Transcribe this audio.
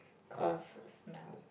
cold foods now